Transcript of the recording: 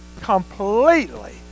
completely